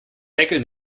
deckel